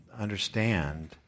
Understand